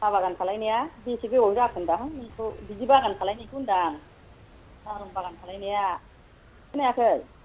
साहा बागान खालामनाया बेसे गोबाव जाखो होन्दों आं नोंखौ बिदि बागान खालामनायखौ होन्दों आं साहा रं बागान खालामनाया खोनायाखै